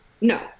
no